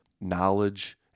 knowledge